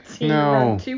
No